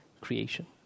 creation